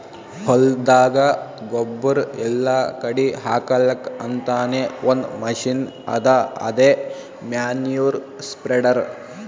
ಹೊಲ್ದಾಗ ಗೊಬ್ಬುರ್ ಎಲ್ಲಾ ಕಡಿ ಹಾಕಲಕ್ಕ್ ಅಂತಾನೆ ಒಂದ್ ಮಷಿನ್ ಅದಾ ಅದೇ ಮ್ಯಾನ್ಯೂರ್ ಸ್ಪ್ರೆಡರ್